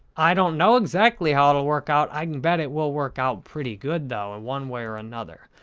i don't know exactly how it will work out. i can bet it will work out pretty good, though, in one way or another.